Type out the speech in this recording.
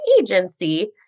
agency